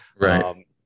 Right